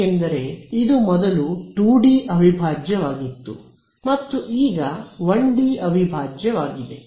ಏಕೆಂದರೆ ಇದು ಮೊದಲು 2 ಡಿ ಅವಿಭಾಜ್ಯವಾಗಿತ್ತು ಮತ್ತು ಈಗ 1 ಡಿ ಅವಿಭಾಜ್ಯವಾಗಿದೆ